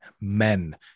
men